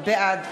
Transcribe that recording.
בעד